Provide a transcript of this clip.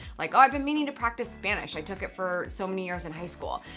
like oh i've been meaning to practice spanish. i took it for so many years in high school.